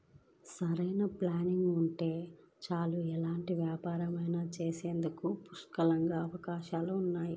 సరైన ప్లానింగ్ ఉంటే చాలు ఎలాంటి వ్యాపారాలు చేసేందుకైనా పుష్కలంగా అవకాశాలుంటాయి